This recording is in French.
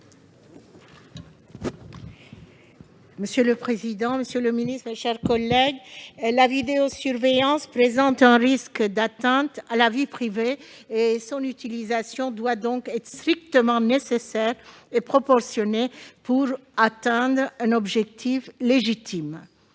ainsi libellé : La parole est à Mme Esther Benbassa. La vidéosurveillance présente un risque d'atteinte à la vie privée et son utilisation doit donc être strictement nécessaire et proportionnée pour atteindre un objectif légitime.